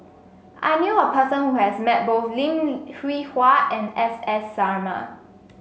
I knew a person who has met both Lim Hwee Hua and S S Sarma